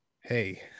Hey